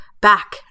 back